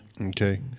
Okay